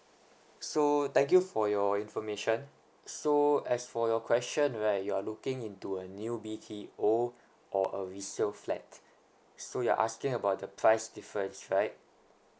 so thank you for your information so as for your question right you're looking into a new B_T_O or a resale flat so you're asking about the price difference right